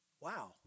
Wow